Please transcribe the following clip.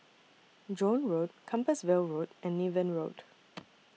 Joan Road Compassvale Road and Niven Road